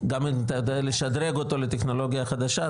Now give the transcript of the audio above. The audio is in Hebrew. כי גם אם אתה יודע לשדרג אותו לטכנולוגיה חדשה,